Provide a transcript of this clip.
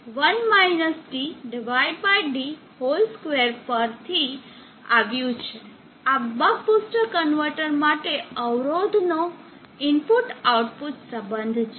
આ RT R01 dd2 પર થી આવ્યું છે આ બક બૂસ્ટ કન્વર્ટર માટે અવરોધનો ઇનપુટ આઉટપુટ સંબંધ છે